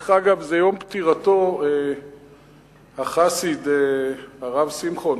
דרך אגב, זה יום פטירתו, החסיד, הרב שמחון